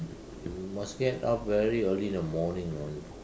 you must get up very early in the morning on